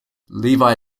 levi